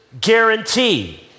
guarantee